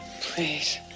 please